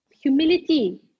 humility